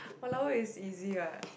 !walao! eh is easy what